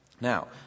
Now